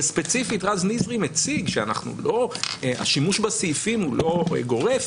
וספציפית רז נזרי מציג "שאנחנו לא" השימוש בסעיפים הוא לא גורף.